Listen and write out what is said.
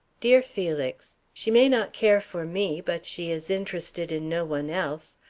dear felix she may not care for me, but she is interested in no one else.